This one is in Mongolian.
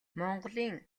монголын